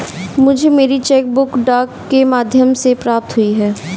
मुझे मेरी cheque book डाक के माध्यम से प्राप्त हुई है